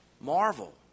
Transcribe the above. marvel